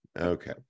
okay